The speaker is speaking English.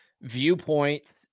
viewpoint